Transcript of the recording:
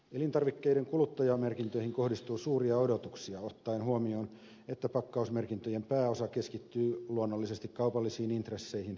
elintarvikkeiden kuluttajamerkintöihin kohdistuu suuria odotuksia ottaen huomioon että pakkausmerkintöjen pääosa keskittyy luonnollisesti kaupallisiin intresseihin ja tilaa on vähän